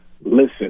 listen